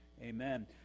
Amen